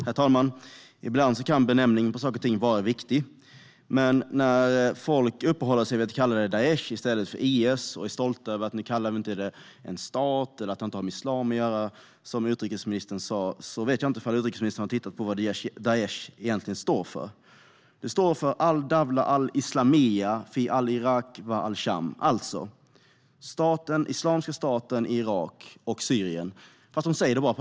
Herr talman! Ibland kan benämningen på saker och ting vara viktig. Folk brukar kalla det för Daish i stället för IS och är stolta över att de kallar det för en stat eller Islamia, som utrikesministern sa. Men jag vet inte om utrikesministern har sett efter vad Daish egentligen står för. Pa arabiska betyder det al-Dawla al-Islamiya fi al-Iraq wa al-Sham, alltså Islamiska staten i Irak och Syrien.